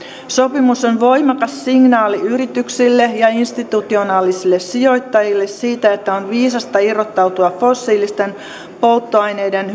sopimus on voimakas signaali yrityksille ja institutionaalisille sijoittajille siitä että on viisasta irrottautua fossiilisten polttoaineiden